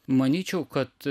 manyčiau kad